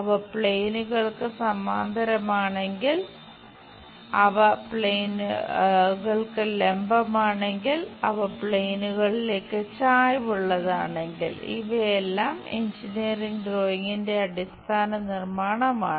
അവ പ്ലെയിനുകൾക് സമാന്തരമാണെങ്കിൽ അവ പ്ലെയിനുകൾക് ലംബമാണെങ്കിൽ അവ പ്ലെയിനുകളിലേക്ക് ചായ്വുള്ളതാണെങ്കിൽ ഇവയെല്ലാം എഞ്ചിനീയറിംഗ് ഡ്രോയിംഗിന്റെ അടിസ്ഥാന നിർമ്മാണമാണ്